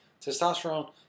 testosterone